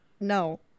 No